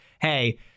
hey